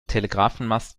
telegrafenmast